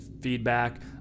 feedback